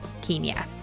Kenya